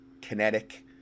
kinetic